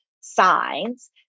signs